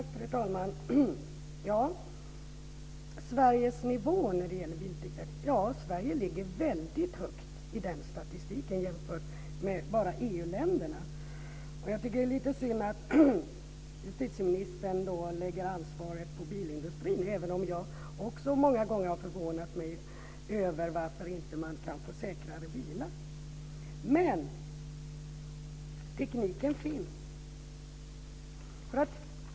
Fru talman! Jag börjar med Sveriges nivå när det gäller biltillgrepp. Sverige ligger väldigt högt i den statistiken jämfört med bara EU-länderna. Jag tycker att det är lite synd att justitieministern då lägger ansvaret på bilindustrin även om jag också många gånger har förvånat mig över varför man inte kan få fram säkrare bilar. Men tekniken finns.